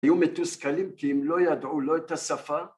‫היו מתוסכלים, כי הם לא ידעו ‫לא את השפה.